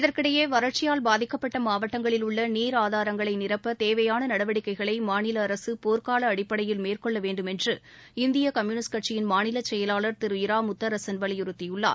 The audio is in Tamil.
இதற்கிடையே வறட்சியால் பாதிக்கப்பட்ட மாவட்டங்களில் உள்ள நீர் ஆதாரங்களை நிரப்ப தேவையான நடவடிக்கைகளை மாநில அரசு போர்க்கால அடிப்படையில் மேற்கொள்ள வேண்டும் என்று இந்திய கம்யூனிஸ்ட் கட்சியின் மாநில செயலாளர் திரு இரா முத்தரசன் வலியுறுத்தியுள்ளார்